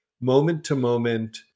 moment-to-moment